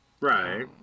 Right